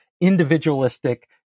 individualistic